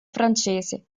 francese